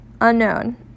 Unknown